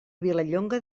vilallonga